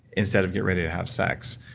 instead of get ready to have sex,